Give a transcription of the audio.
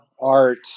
art